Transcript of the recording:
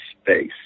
space